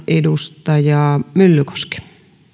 edustaja myllykoski